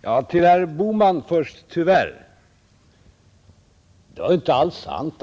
Fru talman! Till herr Bohman först — tyvärr: det var inte alls sant